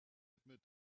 admit